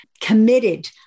committed